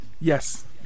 Yes